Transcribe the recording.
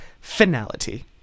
finality